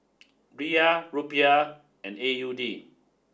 Riyal Rupiah and A U D